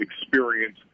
experience